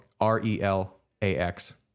r-e-l-a-x